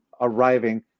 arriving